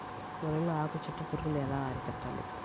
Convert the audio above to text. వరిలో ఆకు చుట్టూ పురుగు ఎలా అరికట్టాలి?